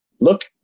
look